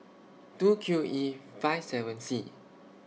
two Q E five seven C